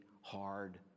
hard